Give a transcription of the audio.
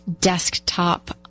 desktop